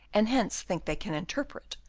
and hence think they can interpret,